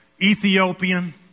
Ethiopian